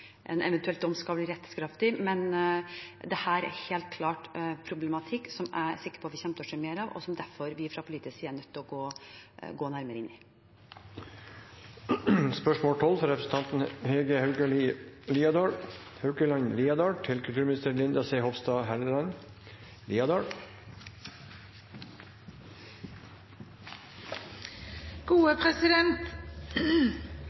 rettskraftig, men dette er helt klart problematikk som jeg er sikker på at vi kommer til å se mer av, og som vi fra politisk side derfor er nødt til å gå nærmere inn i. Jeg tillater meg å stille følgende spørsmål